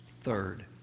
Third